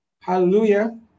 Hallelujah